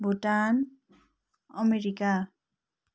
Bhutan America